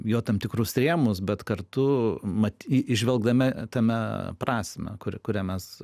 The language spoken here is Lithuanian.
jo tam tikrus rėmus bet kartu mat įžvelgdami tame prasmę kur kurią mes